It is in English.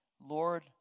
Lord